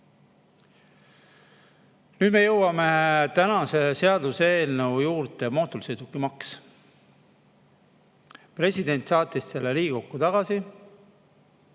Nüüd me jõuame tänase seaduseelnõu juurde: mootorsõidukimaks. President saatis selle Riigikokku tagasi.